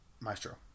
Maestro